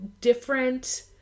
different